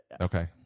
Okay